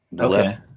Okay